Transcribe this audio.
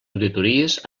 auditories